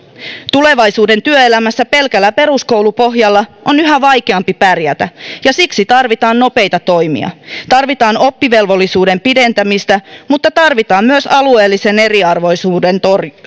tulevaisuuden työelämässä pelkällä peruskoulupohjalla on yhä vaikeampi pärjätä ja siksi tarvitaan nopeita toimia tarvitaan oppivelvollisuuden pidentämistä mutta tarvitaan myös alueellisen eriarvoisuuden